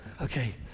Okay